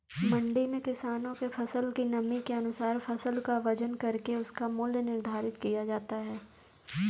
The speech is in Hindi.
मंडी में किसानों के फसल की नमी के अनुसार फसल का वजन करके उसका मूल्य निर्धारित किया जाता है